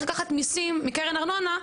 אבל כשצריכים לקחת מיסים מקרן ארנונה,